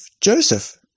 Joseph